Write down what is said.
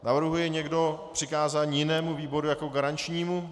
Navrhuje někdo přikázání jinému výboru jako garančnímu?